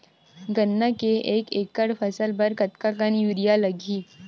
गन्ना के एक एकड़ फसल बर कतका कन यूरिया लगही?